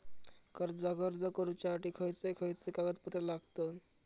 कर्जाक अर्ज करुच्यासाठी खयचे खयचे कागदपत्र लागतत